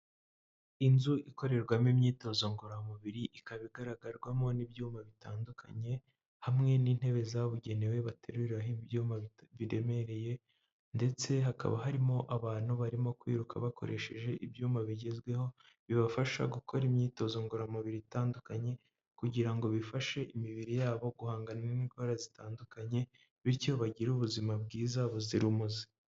Inzu ikorerwamo imyitozo ngororamubiri ikaba igaragarwamo n'ibyuma bitandukanye hamwe n'intebe zabugenewe bateruriraho ibyuma biremereye ndetse hakaba harimo abantu barimo kwiruka bakoresheje ibyuma bigezweho bibafasha gukora imyitozo ngororamubiri itandukanye kugira ngo bifashe imibiri yabo guhangana n'indwara zitandukanye bityo bagire ubuzima bwiza buzira umuze.